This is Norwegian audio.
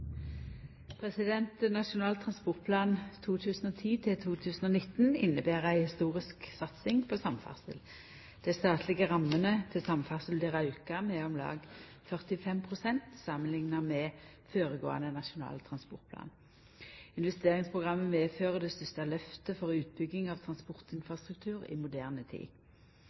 Nasjonal transportplan 2010–2019 inneber ei historisk satsing på samferdsel, der dei statlege rammene til samferdsel blir auka med om lag 45 pst. samanlikna med føregåande nasjonale transportplan. Investeringsprogrammet medfører det største lyftet for utbygging av transportinfrastruktur i moderne tid.